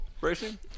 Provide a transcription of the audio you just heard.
racing